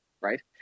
right